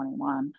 21